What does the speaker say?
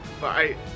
Bye